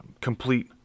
complete